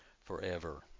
forever